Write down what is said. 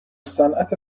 صنعت